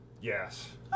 Yes